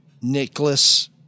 Nicholas